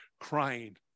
crying